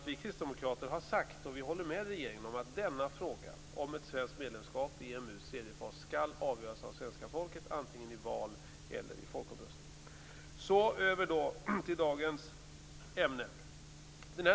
Vi kristdemokrater har sagt - och vi håller med regeringen - att frågan om ett svenskt medlemskap i EMU:s tredje fas skall avgöras av svenska folket antingen i val eller i folkomröstning. Så över till dagens ämne.